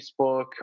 Facebook